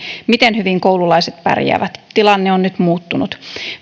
miten hyvin koululaiset pärjäävät tilanne on nyt muuttunut